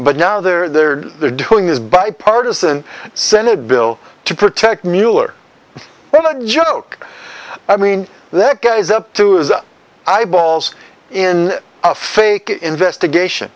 but now they're there they're doing this bipartisan senate bill to protect mueller but i joke i mean that guy is up to the eyeballs in a fake investigation